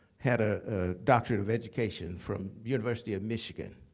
had a doctorate of education from university of michigan.